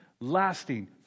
lasting